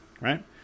Right